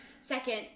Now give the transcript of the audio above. Second